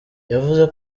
yavuze